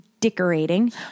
Decorating